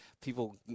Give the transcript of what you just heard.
people